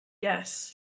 yes